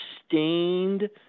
sustained